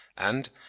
and,